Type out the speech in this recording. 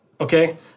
Okay